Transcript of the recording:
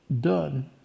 done